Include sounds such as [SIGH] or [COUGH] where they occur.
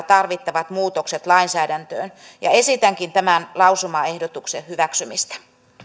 [UNINTELLIGIBLE] tarvittavat muutokset lainsäädäntöön esitänkin tämän lausumaehdotuksen hyväksymistä